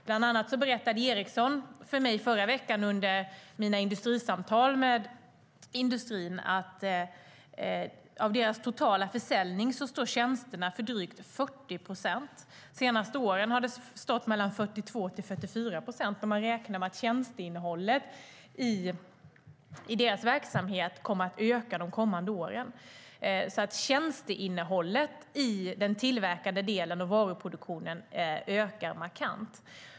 Bland annat berättade Ericsson för mig i förra veckan under mina samtal med industrin att tjänsterna står för drygt 40 procent av deras totala försäljning. Under de senaste åren har de stått för mellan 42 och 44 procent, men de räknar med att tjänsteinnehållet i deras verksamhet kommer att öka under de kommande åren. Tjänsteinnehållet i den tillverkande delen och varuproduktionen ökar markant.